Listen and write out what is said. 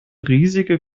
riesige